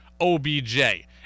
OBJ